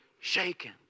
shaken